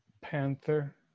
Panther